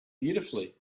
beautifully